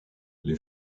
les